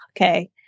okay